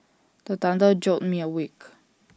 the thunder jolt me awake